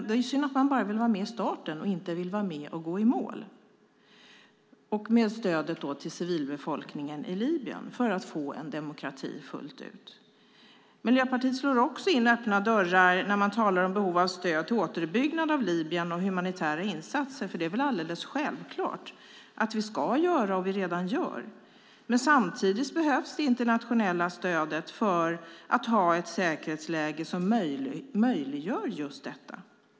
Det är synd att man bara ville vara med vid starten och inte vill vara med och gå i mål med stöd till civilbefolkningen i Libyen - detta för att fullt ut få en demokrati. Miljöpartiet slår in öppna dörrar också när man talar om behovet av stöd till en återuppbyggnad av Libyen och om humanitära insatser. Det är väl alldeles självklart att vi ska stödja det, och det gör vi redan. Men samtidigt behövs det internationella stödet för att ha ett säkerhetsläge som möjliggör just detta.